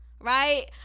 right